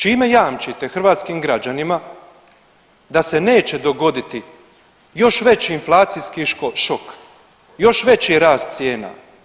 Čime jamčite hrvatskim građanima da se neće dogoditi još veći inflacijski šok, još veći rast cijena?